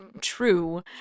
true